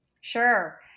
Sure